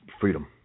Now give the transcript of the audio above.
freedom